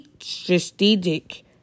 strategic